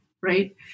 right